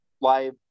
live